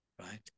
right